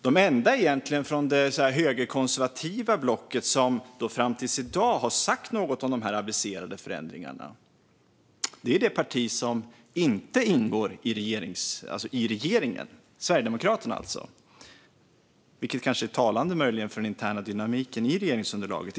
De enda från det högerkonservativa blocket som fram till i dag egentligen har sagt något om de aviserade förändringarna är det parti som inte ingår i regeringen, alltså Sverigedemokraterna. Det är möjligen talande för den interna dynamiken i regeringsunderlaget.